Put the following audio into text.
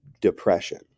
depression